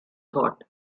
thought